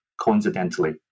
coincidentally